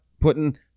putting